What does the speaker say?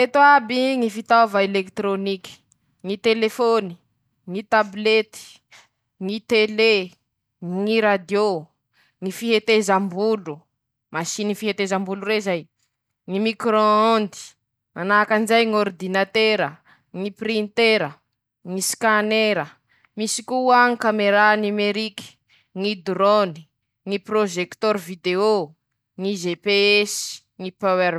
Reto iaby ñy fitaova elekitrôniky: ñy telefôny, ñy tabilety, ñy telé, ñy radiô, ñy fihetezam-bolo masiny fihetezam-bolo rey zay<...>, ñy mikiron ondy, manahak'anizay ñ'ôridinatera, ñy printera, ñy sikanera, misy koa kamera nimeriky ñy dorôny, ñy prozekitôro video, ñy GPS.